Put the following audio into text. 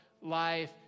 life